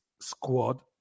squad